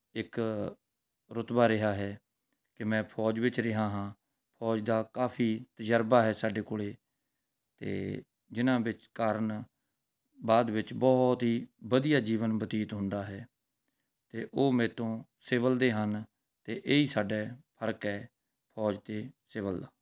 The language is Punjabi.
ਇੱਕ ਰੁਤਬਾ ਰਿਹਾ ਹੈ ਕਿ ਮੈਂ ਫ਼ੌਜ ਵਿੱਚ ਰਿਹਾ ਹਾਂ ਫ਼ੌਜ ਦਾ ਕਾਫੀ ਤਜਰਬਾ ਹੈ ਸਾਡੇ ਕੋਲ ਅਤੇ ਜਿਨ੍ਹਾਂ ਵਿੱਚ ਕਾਰਨ ਬਾਅਦ ਵਿੱਚ ਬਹੁਤ ਹੀ ਵਧੀਆ ਜੀਵਨ ਬਤੀਤ ਹੁੰਦਾ ਹੈ ਅਤੇ ਉਹ ਮੇਰੇ ਤੋਂ ਸਿਵਲ ਦੇ ਹਨ ਅਤੇ ਇਹੀ ਸਾਡਾ ਹੈ ਫਰਕ ਹੈ ਫ਼ੌਜ ਅਤੇ ਸਿਵਲ ਦਾ